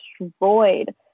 destroyed